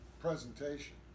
presentation